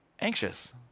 anxious